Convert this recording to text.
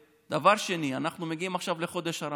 דבר שני, אנחנו מגיעים עכשיו לחודש הרמדאן.